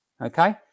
okay